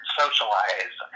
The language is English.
socialize